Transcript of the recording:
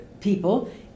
people